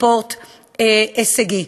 בספורט הישגי.